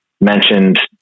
mentioned